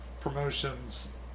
promotions